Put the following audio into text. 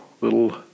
little